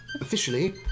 officially